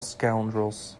scoundrels